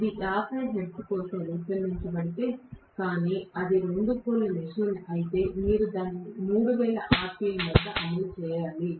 ఇది 50 హెర్ట్జ్ కోసం రూపొందించబడితే కానీ అది 2 పోల్ మెషీన్ అయితే మీరు దానిని 3000 rpm వద్ద అమలు చేయాలి